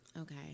Okay